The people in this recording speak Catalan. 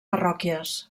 parròquies